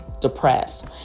depressed